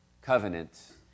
covenant